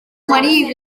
marí